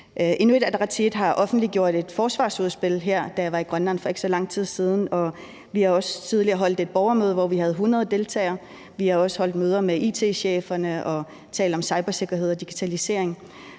Inuit Ataqatigiit har jo offentliggjort et forsvarsudspil her, da jeg for ikke så lang tid siden var i Grønland. Vi har også tidligere holdt et borgermøde, hvor vi havde 100 deltagere, og vi har også holdt møder med it-cheferne og talt om cybersikkerhed og digitalisering.